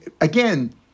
again